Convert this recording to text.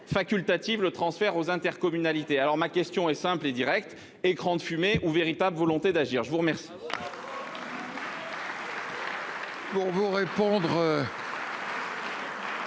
facultative le transfert aux intercommunalités. Alors ma question est simple et Direct. Écran de fumée ou véritable volonté d'agir. Je vous remercie.